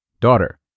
Daughter